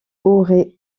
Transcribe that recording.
auraient